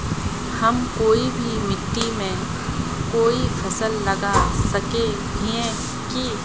हम कोई भी मिट्टी में कोई फसल लगा सके हिये की?